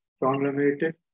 conglomerated